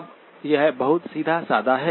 अब यह बहुत सीधा साधा है